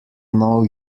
know